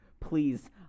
Please